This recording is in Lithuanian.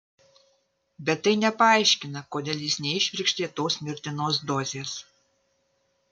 bet tai nepaaiškina kodėl jis neįšvirkštė tos mirtinos dozės